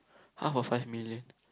half of five million